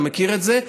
אתה מכיר את זה,